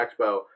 Expo